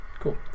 Cool